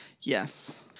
Yes